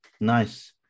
Nice